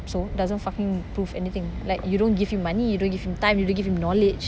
so doesn't fucking prove anything like you don't give him money you don't give him time you don't give him knowledge